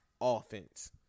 offense